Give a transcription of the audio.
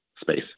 space